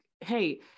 hey